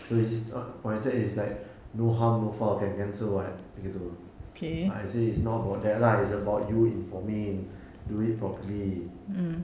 so his from his stand is like no harm no foul can cancel [what] begitu I say it's not about that lah it's about you informing do it properly